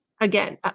again